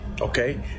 okay